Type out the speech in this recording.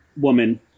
woman